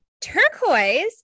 Turquoise